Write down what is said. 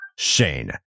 Shane